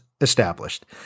established